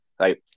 Right